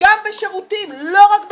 גם בשירותים, לא רק בטובין,